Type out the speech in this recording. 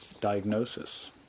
diagnosis